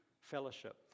Fellowship